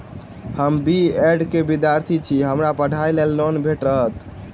हम B Ed केँ विद्यार्थी छी, की हमरा पढ़ाई लेल लोन भेटतय?